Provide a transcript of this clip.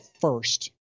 first